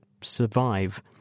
survive